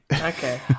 Okay